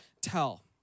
tell